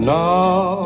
now